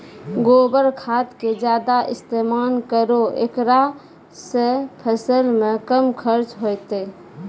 गोबर खाद के ज्यादा इस्तेमाल करौ ऐकरा से फसल मे कम खर्च होईतै?